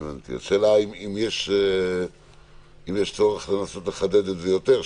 השאלה אם יש צורך לנסות לחדד את זה יותר,